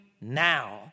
now